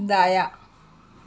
دایاں